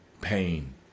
pain